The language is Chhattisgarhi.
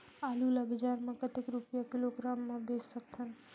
आलू ला बजार मां कतेक रुपिया किलोग्राम म बेच सकथन?